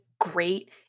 great